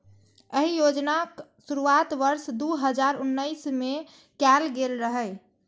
एहि योजनाक शुरुआत वर्ष दू हजार उन्नैस मे कैल गेल रहै